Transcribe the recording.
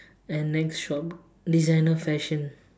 and next shop designer fashion